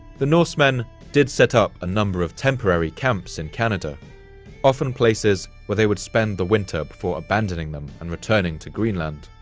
the norse men did set up a number of temporary camps in canada often places where they would spend the winter before abandoning them and returning to greenland.